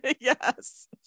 Yes